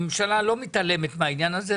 הממשלה לא מתעלמת מהעניין הזה,